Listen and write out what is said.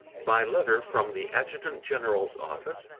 by letter from the adjutant-general's office,